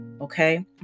okay